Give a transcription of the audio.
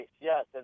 Yes